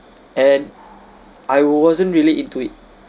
and I wasn't really into it